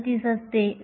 37 असते